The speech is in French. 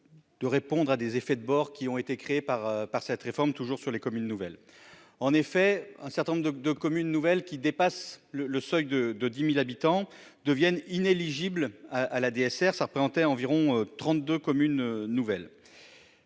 de répondre à des effets de bord qui ont été créés par par cette réforme, toujours sur les communes nouvelles en effet un certain nombre de de communes nouvelles qui dépasse le le seuil de de 10000 habitants deviennent inéligibles à à la DSR, ça représentait environ 32 communes nouvelles.